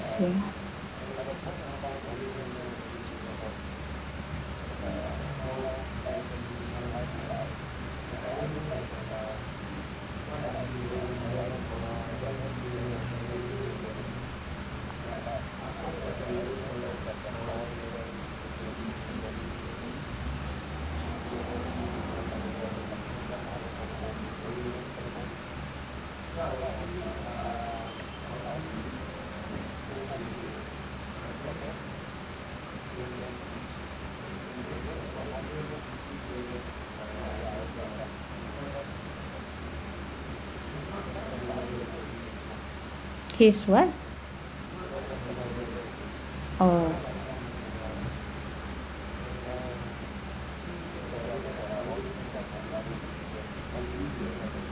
see case what oh